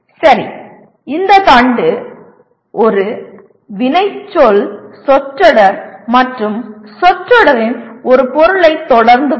சரி இந்த தண்டு ஒரு வினைச்சொல் சொற்றொடர் மற்றும் சொற்றொடரின் ஒரு பொருளைத் தொடர்ந்து வரும்